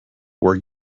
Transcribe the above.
were